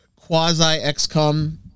quasi-XCOM